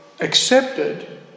accepted